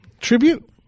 tribute